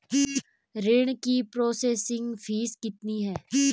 ऋण की processing fees कितनी है?